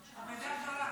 אבדה גדולה.